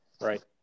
right